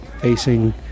facing